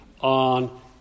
on